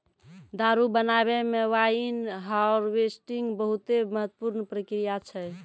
दारु बनाबै मे वाइन हार्वेस्टिंग बहुते महत्वपूर्ण प्रक्रिया छै